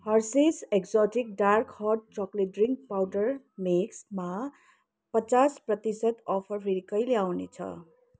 Hershey's exotic dark hot chocolate drink powder मिक्समा पचास प्रतिसत अफर फेरि कहिले आउने छ